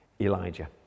Elijah